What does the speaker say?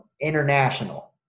international